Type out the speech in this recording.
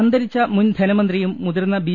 അന്തരിച്ച മുൻ ധനമന്ത്രിയും മുതിർന്ന ബി